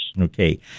okay